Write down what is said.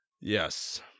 Yes